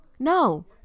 No